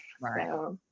Right